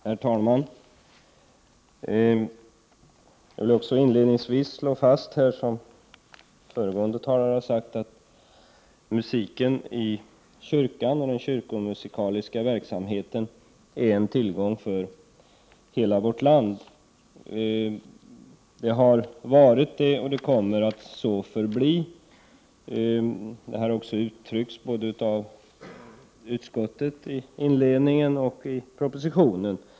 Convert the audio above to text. Herr talman! Jag vill inledningsvis slå fast, liksom föregående talare, att musiken i kyrkan och den kyrkomusikaliska verksamheten är en tillgång för hela vårt land. Det har varit på så sätt och kommer att så förbli. Detta har uttryckts både i inledningen av utskottets betänkande och i propositionen.